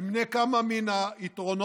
אמנה כמה מן היתרונות